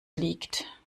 liegt